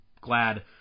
glad